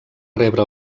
rebre